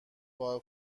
کار